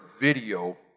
video